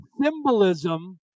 symbolism